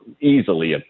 easily